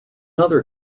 other